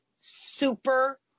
super